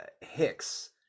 Hicks